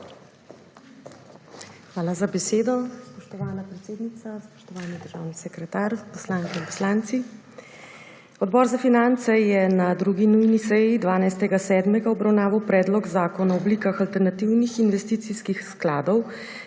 Hvala za besedo, spoštovana predsednica. Spoštovani državni sekretar, poslanke in poslanci! Odbor za finance je na 2. nujni seji 12. 7. obravnaval Predlog zakona o oblikah alternativnih investicijskih skladov,